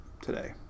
today